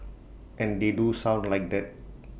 and they do sound like that